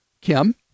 Kim